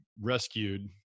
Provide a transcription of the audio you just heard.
rescued